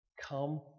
Come